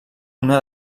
una